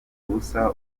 ubusa